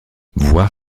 voir